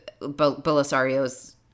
Belisario's